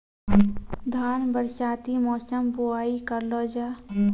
धान बरसाती मौसम बुवाई करलो जा?